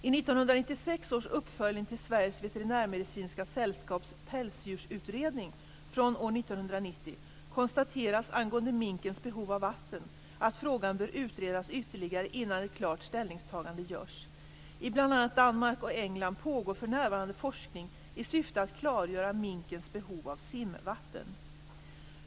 I 1996 års uppföljning till Sveriges Veterinärmedicinska Sällskaps pälsdjursutredning från år 1990 konstateras angående minkens behov av vatten att frågan bör utredas ytterligare innan ett klart ställningstagande görs. I bl.a. Danmark och England pågår för närvarande forskning i syfte att klargöra minkens behov av simvatten.